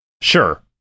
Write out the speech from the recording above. sure